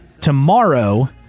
tomorrow